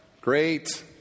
Great